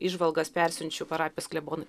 įžvalgas persiunčiu parapijos klebonui